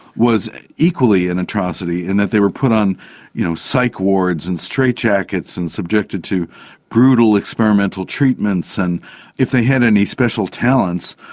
was equally an atrocity in that they were put on you know psych wards and straitjackets and subjected to brutal experimental treatments. and if they had any special talents,